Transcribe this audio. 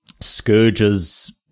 scourges